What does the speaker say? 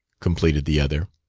completed the other.